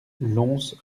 lons